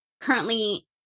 currently